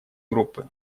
группы